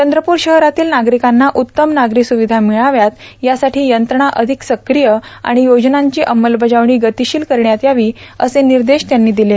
चंद्रप्र शहरातील नागरिकांना उत्तम नागरी सुविधा मिळाव्यात यासाठी यंत्रणा अधिक सुकीय आणि योजनांची अंमलबजावणी गतिशील करण्यात यावी असे निर्देश त्यांनी दिले